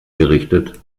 gerichtet